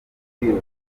kwiruka